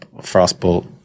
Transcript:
frostbolt